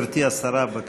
גברתי השרה, בבקשה.